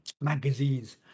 magazines